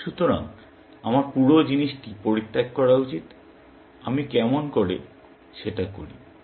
সুতরাং আমার পুরো জিনিসটি পরিত্যাগ করা উচিত আমি কেমন করে সেটা করি